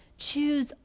Choose